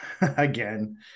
again